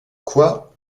quoi